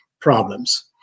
problems